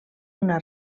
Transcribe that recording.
una